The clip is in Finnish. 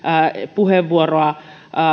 puheenvuoroa